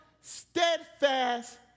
steadfast